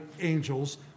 angels